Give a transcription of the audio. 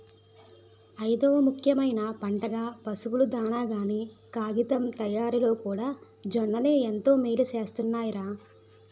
ఐదవ ముఖ్యమైన పంటగా, పశువుల దానాగాను, కాగితం తయారిలోకూడా జొన్నలే ఎంతో మేలుసేస్తున్నాయ్ రా